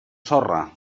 sorra